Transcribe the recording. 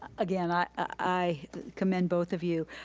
again, i commend both of you.